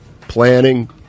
planning